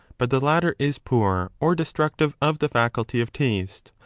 but the latter is poor or destructive of the faculty of taste,